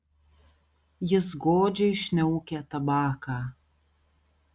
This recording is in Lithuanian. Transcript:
jis godžiai šniaukia tabaką